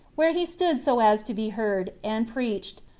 where he stood so as to be heard, and preached,